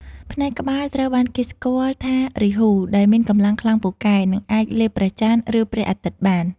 ផ្នែកក្បាលត្រូវបានគេស្គាល់ថារាហូ ដែលមានកម្លាំងខ្លាំងពូកែ និងអាចលេបព្រះចន្ទ ឬព្រះអាទិត្យបាន។